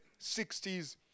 60s